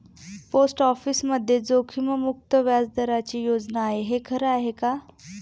Post ऑफिसमध्ये जोखीममुक्त व्याजदराची योजना आहे, हे खरं आहे का?